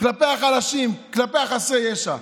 כלפי החלשים, כלפי חסרי הישע.